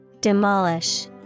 Demolish